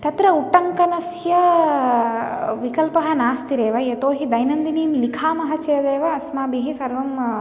तत्र उट्टङ्कनस्य विकल्पः नास्तिरेव यतो हि दैनन्दिनीं लिखामः चेदेव अस्माभिः सर्वम्